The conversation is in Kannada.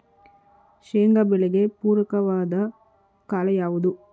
ಶೇಂಗಾ ಬೆಳೆಗೆ ಪೂರಕವಾದ ಕಾಲ ಯಾವುದು?